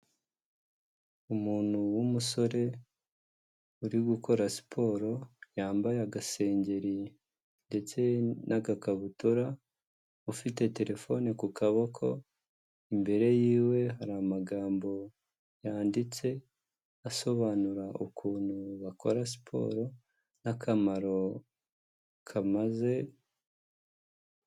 Umuntu w'umusore uri gukora siporo yambaye agasengeri ndetse n'agakabutura ufite telefoni ku kaboko imbere yiwe hari amagambo yanditse asobanura ukuntu bakora siporo n'akamaro kamaze...